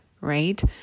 right